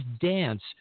dance